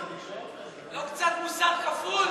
לא קצת מוסר כפול?